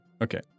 Okay